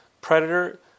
Predator